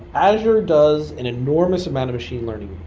azure does an enormous amount of machine learning.